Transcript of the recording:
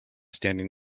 standing